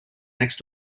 next